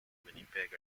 winnipeg